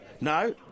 No